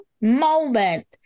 moment